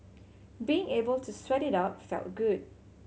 being able to sweat it out felt good